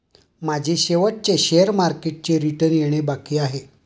माझे शेवटचे शेअर मार्केटचे रिटर्न येणे बाकी आहे